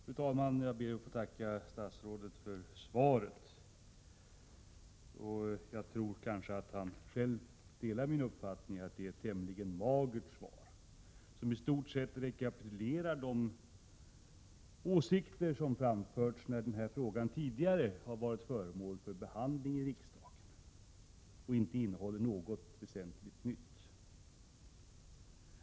Fru talman! Jag ber att få tacka statsrådet för svaret. Jag tror att han delar min uppfattning att detta är ett tämligen magert svar, som i stort sätt rekapitulerar de åsikter som framförts när denna fråga tidigare varit föremål för behandling i riksdagen. Svaret innehåller inte något väsentligt nytt.